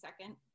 second